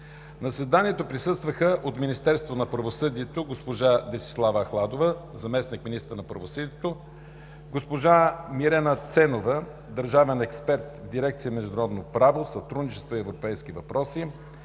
заседанието присъстваха: от Министерството на правосъдието: госпожа Десислава Ахладова – заместник-министър на правосъдието, госпожа Мирена Ценова – държавен експерт в дирекция „Международно правно сътрудничество и европейски въпроси“;